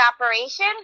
operation